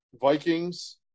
Vikings